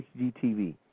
HGTV